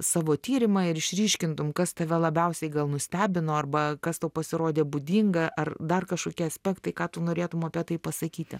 savo tyrimą ir išryškintum kas tave labiausiai gal nustebino arba kas tau pasirodė būdinga ar dar kažkokie aspektai ką tu norėtum apie tai pasakyti